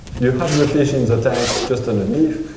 you have the fish in the tank just underneath.